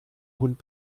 hund